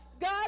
God